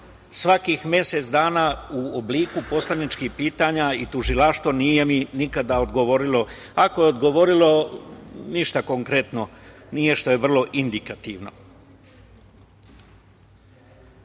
svakih mesec dana u obliku poslaničkih pitanja i tužilaštvo nije mi nikada odgovorilo. Ako je odgovorilo, ništa konkretno nije što je vrlo indikativno. Nije